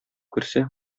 керсә